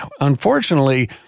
unfortunately—